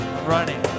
running